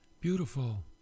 beautiful